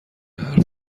حرف